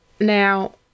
now